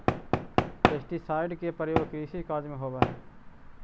pesticide के प्रयोग कृषि कार्य में होवऽ हई